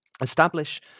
establish